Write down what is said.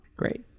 Great